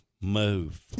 Move